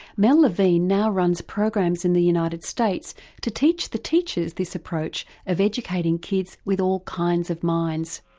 mel levine now runs programs in the united states to teach the teachers this approach of educating kids with all kinds of minds.